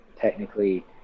technically